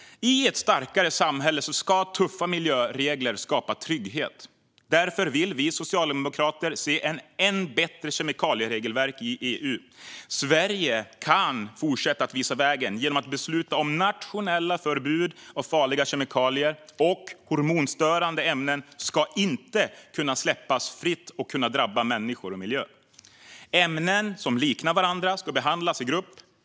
I ett starkare samhälle ska tuffa miljöregler skapa trygghet. Därför vill vi socialdemokrater se ett än bättre kemikalieregelverk i EU. Sverige kan fortsätta att visa vägen genom att besluta om nationella förbud mot farliga kemikalier. Och hormonstörande ämnen ska inte kunna släppas fria och kunna drabba människor och miljö. Ämnen som liknar varandra ska behandlas i grupp.